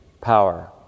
power